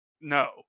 no